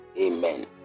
Amen